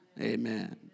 Amen